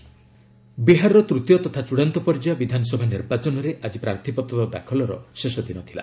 Bihar election ବିହାରର ତୃତୀୟ ତଥା ଚୂଡ଼ାନ୍ତ ପର୍ଯ୍ୟାୟ ବିଧାନସଭା ନିର୍ବାଚନରେ ଆଜି ପ୍ରାର୍ଥୀପତ୍ର ଦାଖଲର ଶେଷ ଦିନ ଥିଲା